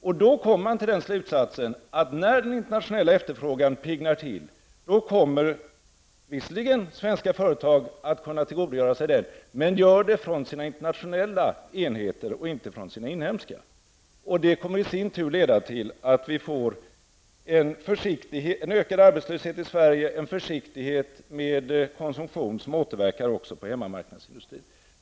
Man kom då till den slutsatsen, att när den internationella efterfrågan piggnar till kommer visserligen svenska företag att kunna tillgodogöra sig den, men de kommer att göra det från sina internationella enheter och inte från de inhemska. Det kommer i sin tur att leda till en ökad arbetslöshet i Sverige och en försiktighet med konsumtion som återverkar också på hemmamarknadsindustrin.